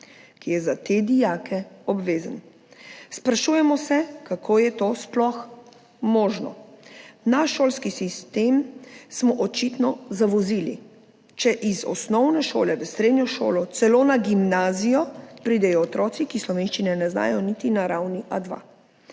ki je za te dijake obvezen. Sprašujemo se, kako je to sploh možno. Naš šolski sistem smo očitno zavozili, če iz osnovne šole v srednjo šolo, celo na gimnazijo pridejo otroci, ki slovenščine ne znajo niti na ravni A2.